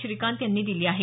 श्रीकांत यांनी दिली आहे